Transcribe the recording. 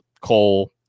Cole